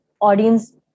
audience